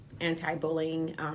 anti-bullying